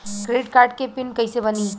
Credit card के PIN कैसे बनी?